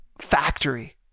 factory